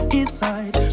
inside